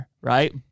right